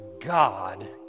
God